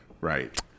Right